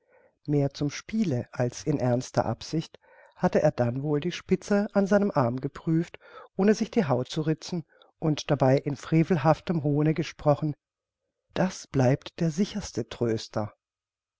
mehr zum spiele als in ernster absicht hatte er dann wohl die spitze an seinem arme geprüft ohne sich die haut zu ritzen und dabei in frevelhaftem hohne gesprochen das bleibt der sicherste tröster